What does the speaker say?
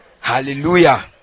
Hallelujah